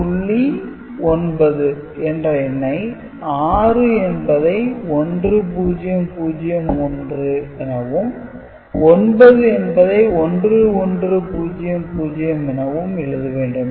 9 என்ற எண்ணை 6 என்பதை 1 0 0 1 எனவும் 9 என்பதை 1 1 0 0 எனவும் எழுத வேண்டும்